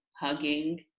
hugging